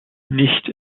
nicht